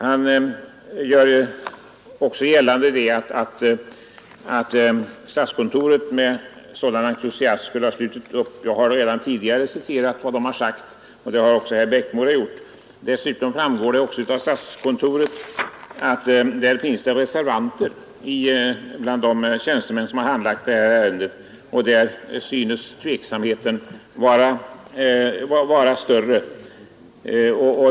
Herr Brandt gör också gällande att statskontoret med stor entusiasm skulle ha ställt sig bakom förslaget. Jag har redan tidigare citerat vad statskontoret uttalat, och det har också herr Eriksson i Bäckmora gjort. Dessutom framgår det att det finns reservanter bland de tjänstemän på statskontoret som handlagt detta ärende, och där synes tveksamheten vara större.